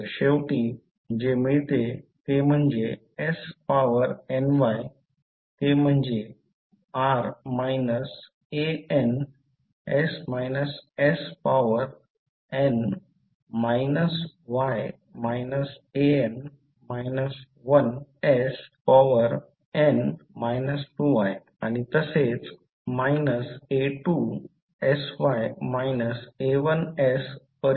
तर शेवटी जे मिळते ते म्हणजे s पॉवर ny ते म्हणजे r an s s power n y an 1 s power n 2y आणि तसेच a2sy a1s पर्यन्त इतकेच आहे